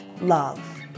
love